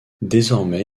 désormais